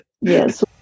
Yes